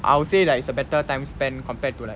I would say like it's a better time spent compared to like